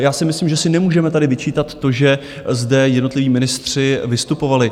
Já si myslím, že si nemůžeme tady vyčítat to, že zde jednotliví ministři vystupovali.